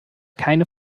keine